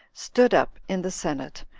stood up in the senate,